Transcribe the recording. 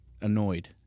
annoyed